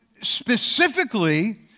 specifically